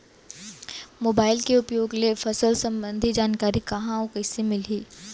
Mobile के उपयोग ले फसल सम्बन्धी जानकारी कहाँ अऊ कइसे मिलही?